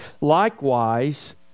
Likewise